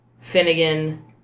Finnegan